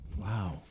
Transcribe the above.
Wow